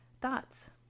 Thoughts